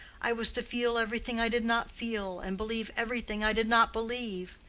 i was to feel everything i did not feel, and believe everything i did not believe.